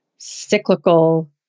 cyclical